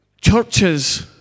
churches